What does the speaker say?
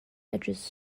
edges